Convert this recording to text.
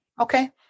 Okay